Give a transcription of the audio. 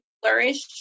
Flourish